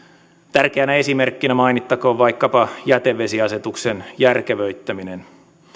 tärkeänä esimerkkinä mainittakoon vaikkapa jätevesiasetuksen järkevöittäminen